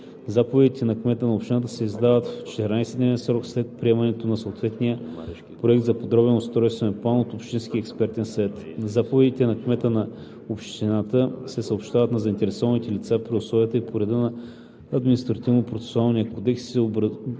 Заповедите на кмета на общината се издават в 14-дневен срок след приемането на съответния проект за подробен устройствен план от общинския експертен съвет. Заповедите на кмета на общината се съобщават на заинтересуваните лица при условията и по реда на